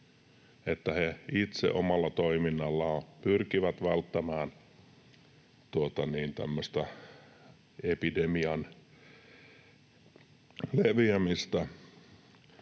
että he itse omalla toiminnallaan pyrkivät välttämään tämmöistä epidemian leviämistä.